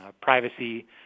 privacy